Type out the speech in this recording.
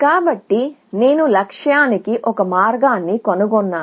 కాబట్టి నేను లక్ష్యానికి ఒక మార్గాన్ని కనుగొన్నాను